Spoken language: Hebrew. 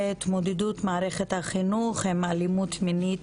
התמודדות מערכת החינוך עם אלימות מינית,